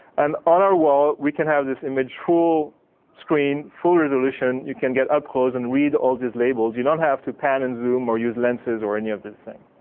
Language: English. and on our wall we can have this image full screen, full resolution. you can get up close and read all these labels. you don't have to pan and zoom or use lenses or any of these things.